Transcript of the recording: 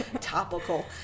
topical